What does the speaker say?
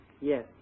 Yes